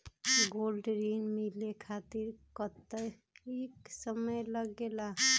Gold ऋण मिले खातीर कतेइक समय लगेला?